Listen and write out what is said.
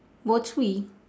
bo